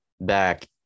back